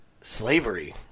slavery